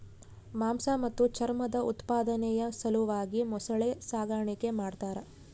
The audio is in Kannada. ಮಾಂಸ ಮತ್ತು ಚರ್ಮದ ಉತ್ಪಾದನೆಯ ಸಲುವಾಗಿ ಮೊಸಳೆ ಸಾಗಾಣಿಕೆ ಮಾಡ್ತಾರ